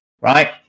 right